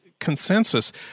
Consensus